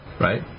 right